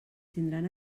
tindran